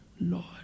Lord